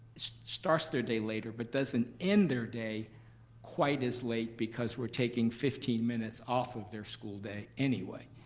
starts their day later but doesn't end their day quite as late because we're taking fifteen minutes off of their school day anyway.